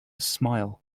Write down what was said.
smile